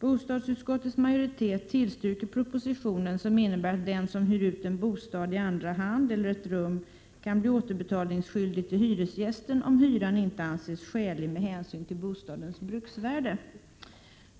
Bostadsutskottets majoritet tillstyrker propositionen, som innebär att den som hyr ut en bostad i andra hand eller ett rum kan bli återbetalningsskyldig till hyresgästen, om hyran inte anses skälig med hänsyn till bostadens bruksvärde.